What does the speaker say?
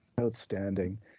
Outstanding